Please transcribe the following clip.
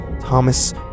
Thomas